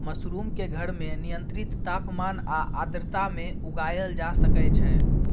mushroom कें घर मे नियंत्रित तापमान आ आर्द्रता मे उगाएल जा सकै छै